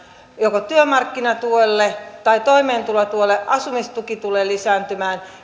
joko työmarkkinatuelle tai toimeentulotuelle asumistuki tulee lisääntymään ja